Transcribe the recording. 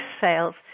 sales